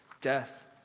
death